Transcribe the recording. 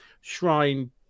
shrine